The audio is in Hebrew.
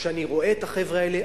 כשאני רואה את החבר'ה האלה,